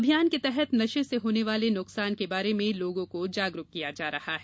अभियान के तहत नशे से होने वाले नुकसान के बारे में लोगों को जागरुक किया जा रहा है